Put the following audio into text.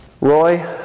Roy